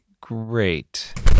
great